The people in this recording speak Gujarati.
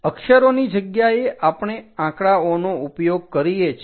અક્ષરોની જગ્યાએ આપણે આંકડાઓનો ઉપયોગ કરીએ છીએ